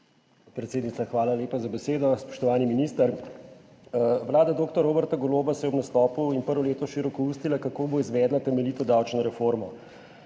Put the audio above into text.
Predsednica, hvala lepa za besedo. Spoštovani minister! Vlada dr. Roberta Goloba se je ob nastopu in prvo leto širokoustila, kako bo izvedla temeljito davčno reformo.